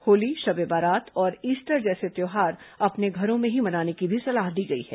होली शबे बारात और ईस्टर जैसे त्योहार अपने घरों में ही मनाने की भी सलाह दी गई है